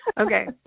Okay